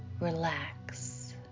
Relax